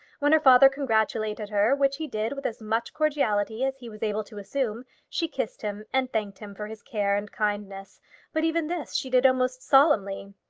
when her father congratulated her, which he did with as much cordiality as he was able to assume, she kissed him and thanked him for his care and kindness but even this she did almost solemnly.